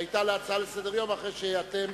שהיתה להצעה לסדר-היום אחרי שאתם